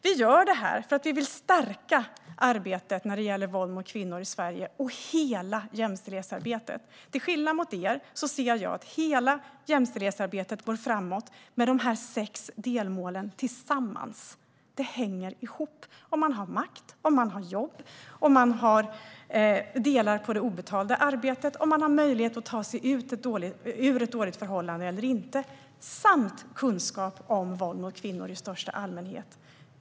Vi gör detta för att vi vill stärka arbetet mot våld mot kvinnor i Sverige och hela jämställdhetsarbetet. Till skillnad från er ser jag att hela jämställdhetsarbetet går framåt med de sex delmålen tillsammans. Det hänger ihop. Det handlar om makt, om jobb, om att dela på det obetalda arbetet och om möjlighet att ta sig ur ett dåligt förhållande. Dessutom gäller det kunskap om våld mot kvinnor i största allmänhet.